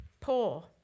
poor